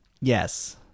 Yes